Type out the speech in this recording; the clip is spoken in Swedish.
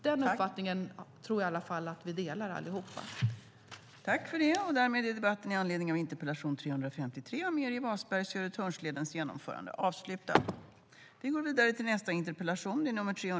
Den uppfattningen tror jag att vi allihop delar.